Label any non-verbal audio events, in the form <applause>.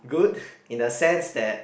good <breath> in the sense that